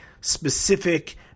specific